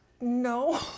No